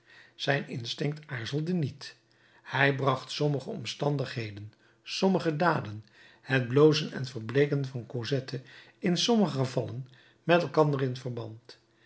zijn instinct aarzelde niet hij bracht sommige omstandigheden sommige daden het blozen en verbleeken van cosette in sommige gevallen met elkander in verband